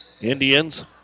Indians